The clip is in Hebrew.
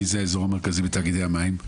מי זה אזור מרכזי בתאגידי המים?